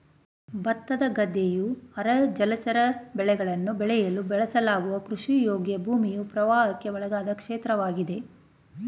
ಭತ್ತದ ಗದ್ದೆಯು ಅರೆ ಜಲಚರ ಬೆಳೆಗಳನ್ನು ಬೆಳೆಯಲು ಬಳಸಲಾಗುವ ಕೃಷಿಯೋಗ್ಯ ಭೂಮಿಯ ಪ್ರವಾಹಕ್ಕೆ ಒಳಗಾದ ಕ್ಷೇತ್ರವಾಗಿದೆ